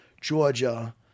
Georgia